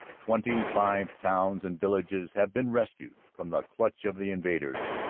twenty-five towns and villages have been rescued from the clutch of the invaders,